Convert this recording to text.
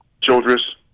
Childress